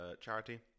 charity